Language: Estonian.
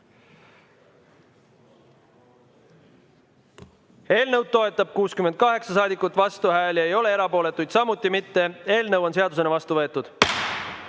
Eelnõu toetab 68 saadikut, vastuhääli ei ole, erapooletuid samuti mitte. Eelnõu on seadusena vastu võetud.